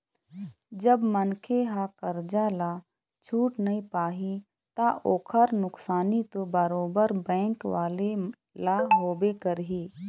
जब मनखे ह करजा ल छूट नइ पाही ता ओखर नुकसानी तो बरोबर बेंक वाले ल होबे करही